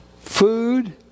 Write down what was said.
Food